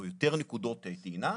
או יותר נקודות טעינה,